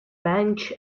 bench